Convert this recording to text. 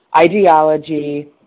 ideology